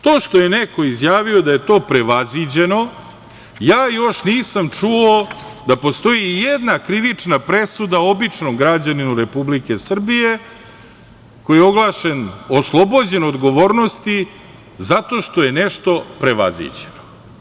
To što je neko izjavio da je to prevaziđeno, ja još nisam čuo da postoji i jedna krivična presuda običnom građaninu Republike Srbije koji je oslobođen odgovornosti zato što je nešto prevaziđeno.